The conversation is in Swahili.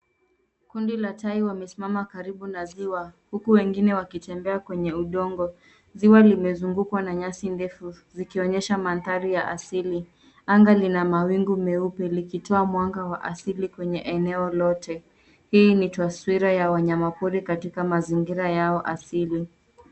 Kundi la tai wamesmama karibu na ziwa, huku wengine wakitembea kwenye udongo, ziwa limezungukwa na nyasi ndefu, zikionyesha mandhari ya asili. Anga lina mawingu meupe likitua mwanga wa asili kwenye eneo lote. Hii ni taswira ya wanyamapori katika mazingira yao asili.